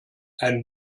ein